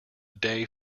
day